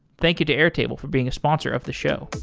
thank you to airtable for being a sponsor of the show